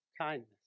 kindness